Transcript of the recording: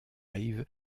live